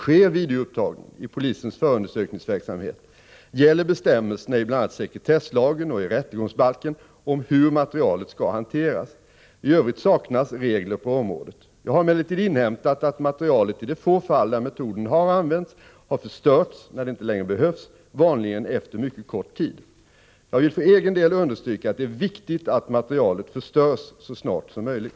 Sker videoupptagningen i polisens förundersökningsverksamhet, gäller bestämmelserna i bl.a. sekretesslagen och i rättegångsbalken om hur materialet skall hanteras. I övrigt saknas regler på området. Jag har emellertid inhämtat att materialet, i de få fall där metoden har använts, har förstörts när det inte längre behövs, vanligen efter mycket kort tid. Jag vill för egen del understryka att det är viktigt att materialet förstörs så snart som möjligt.